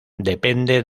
depende